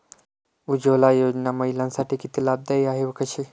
उज्ज्वला योजना महिलांसाठी किती लाभदायी आहे व कशी?